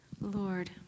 Lord